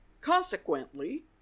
Consequently